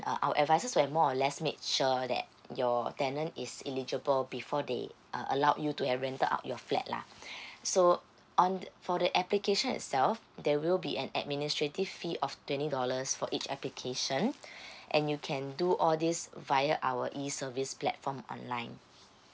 uh our advisors will have more or less made sure that your tenant is eligible before they uh allowed you to have rented out your flat lah so on for the application itself there will be an administrative fee of twenty dollars for each application and you can do all these via our e service platform online